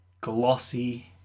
glossy